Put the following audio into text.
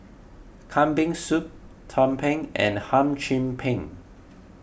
Kambing Soup Tumpeng and Hum Chim Peng